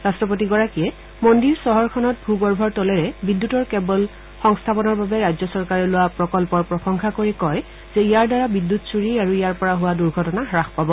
ৰাষ্ট্ৰপতিগৰাকীয়ে মন্দিৰ চহৰখনত ভূ গৰ্ভৰ তলেৰে বিদ্যুতৰ কেৱল সংস্থাপনৰ বাবে ৰাজ্য চৰকাৰে লোৱা প্ৰকল্পৰ প্ৰশংসা কৰি কয় যে ইয়াৰ দ্বাৰা বিদ্যুৎ চূৰি আৰু ইয়াৰ পৰা হোৱা দুৰ্ঘটনা হাস পাব